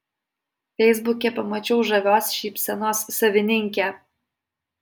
feisbuke pamačiau žavios šypsenos savininkę